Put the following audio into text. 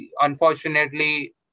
unfortunately